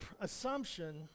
assumption